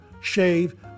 shave